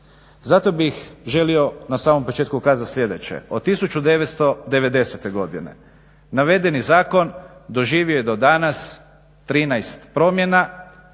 Zato bih želio na samom početku kazati sljedeće, od 1990.godine navedeni zakon doživio je do danas 13 promjena